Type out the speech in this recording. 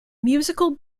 musical